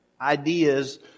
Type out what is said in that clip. ideas